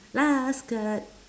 last card